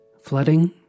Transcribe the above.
Flooding